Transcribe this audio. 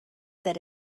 that